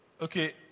Okay